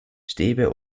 stäbe